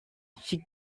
she